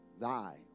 Thy